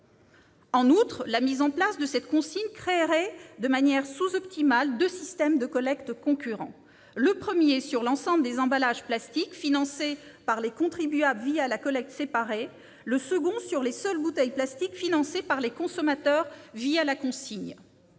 En outre, la mise en place de cette consigne créerait de manière sous-optimale deux systèmes de collecte concurrents : le premier sur l'ensemble des emballages plastiques, financé par les contribuables la collecte séparée, le second sur les seules bouteilles plastiques, financé par les consommateurs la consigne.